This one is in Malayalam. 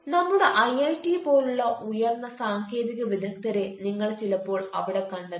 നമ്മുടെ ഐഐടി പോലുള്ള ഉയർന്ന സാങ്കേതിക വിദഗ്ധരെ നിങ്ങൾ ചിലപ്പോൾ അവിടെ കണ്ടെത്തും